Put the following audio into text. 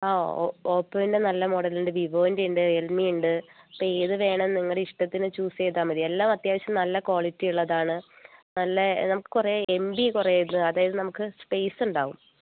ഓ ഓപ്പോൻ്റെ നല്ല മോഡൽ ഉണ്ട് വിവോൻ്റെ ഉണ്ട് റിയൽമി ഉണ്ട് ഇപ്പോൾ ഏത് വേണം നിങ്ങള ഇഷ്ടത്തിന് ചൂസ് ചെയ്താൽ മതി എല്ലാം അത്യാവശ്യം നല്ല ക്വാളിറ്റി ഉള്ളതാണ് നല്ല നമുക്ക് കുറേ എം ബി കുറേ ഉണ്ട് അതായത് നമുക്ക് സ്പേസ് ഉണ്ടാവും